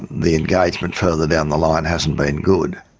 the engagement further down the line hasn't been good.